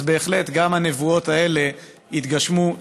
אז בהחלט, גם הנבואות האלה התגשמו.